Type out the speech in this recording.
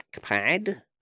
trackpad